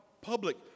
public